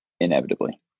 inevitably